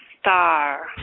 star